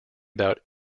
about